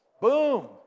Boom